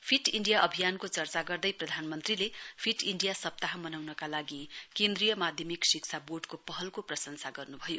fit India अभियानको चर्चा गर्दै प्रधानमन्त्री फिट इण्डिया सप्ताह मनाउनका लागि केन्द्रीय माध्यमिक शिक्षा बोर्डको पहलको प्रशंसा गर्नूभयो